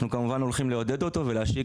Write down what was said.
ואנחנו כמובן הולכים לעודד אותו ולהשיק